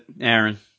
aaron